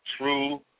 true